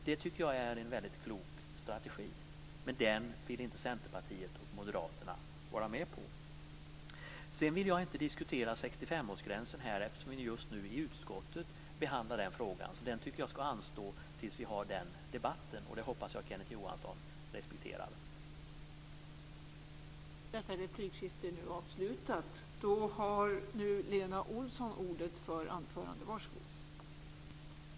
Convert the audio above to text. Jag tycker att det är en väldigt klok strategi, men Centerpartiet och Moderaterna vill inte gå med på den. Jag vill inte diskutera 65-årsgränsen här, eftersom vi just nu behandlar den frågan i utskottet. Jag tycker att den får anstå tills vi har den debatten. Jag hoppas att Kenneth Johansson respekterar det.